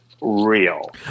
real